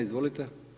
Izvolite.